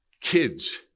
kids